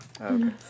Okay